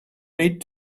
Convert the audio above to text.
need